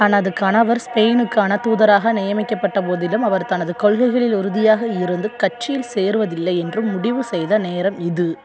தனது கணவர் ஸ்பெயினுக்கான தூதராக நியமிக்கப்பட்ட போதிலும் அவர் தனது கொள்கைகளில் உறுதியாக இருந்து கட்சியில் சேருவதில்லை என்று முடிவு செய்த நேரம் இது